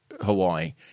Hawaii